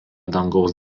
dangaus